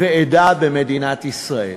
ועדה במדינת ישראל.